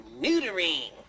neutering